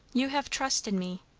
you have trust in me.